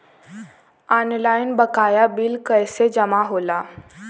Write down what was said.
Online बकाया bill कैसे जमा होला?